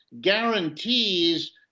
guarantees